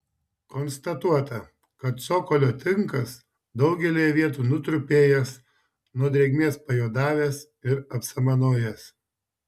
konstatuota kad cokolio tinkas daugelyje vietų nutrupėjęs nuo drėgmės pajuodavęs ir apsamanojęs